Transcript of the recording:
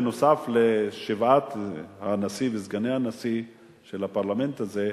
בנוסף לנשיא ולסגני הנשיא של הפרלמנט הזה,